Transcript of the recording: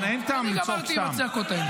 אני גמרתי עם הצעקות האלה.